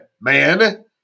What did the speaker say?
man